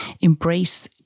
embrace